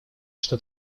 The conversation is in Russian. что